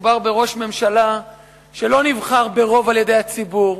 מדובר בראש ממשלה שלא נבחר ברוב על-ידי הציבור.